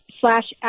slash